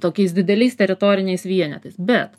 tokiais dideliais teritoriniais vienetais bet